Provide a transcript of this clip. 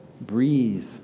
breathe